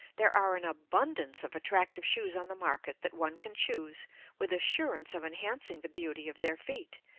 there are an abundance of attractive shoes on the market that one can choose with assurance of enhancing the beauty of their feet,